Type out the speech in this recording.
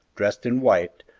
dressed in white,